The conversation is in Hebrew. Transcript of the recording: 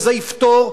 וזה יפתור,